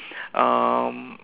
um